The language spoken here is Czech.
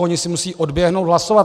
Oni si musí odběhnout hlasovat.